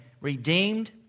redeemed